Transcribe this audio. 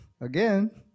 again